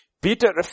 Peter